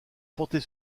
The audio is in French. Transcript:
portées